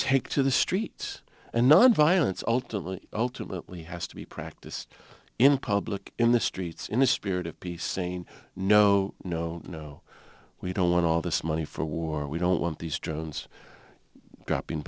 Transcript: take to the streets and nonviolence ultimately ultimately has to be practiced in public in the streets in a spirit of peace saying no no no we don't want all this money for war we don't want these drones dropping